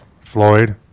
Floyd